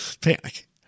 panic